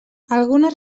algunes